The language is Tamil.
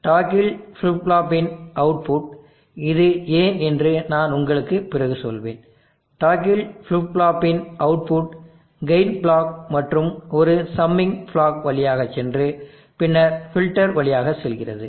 டாக்கில் ஃபிளிப் ஃப்ளாப்பின் அவுட்புட் இது ஏன் என்று நான் உங்களுக்கு பிறகு சொல்வேன் டாக்கில் ஃபிளிப் ஃப்ளாப்பின் அவுட்புட் கெயின் பிளாக் மற்றும் ஒரு சம்மிங் பிளாக் வழியாக சென்று பின்னர் ஃபில்டர் வழியாக செல்கிறது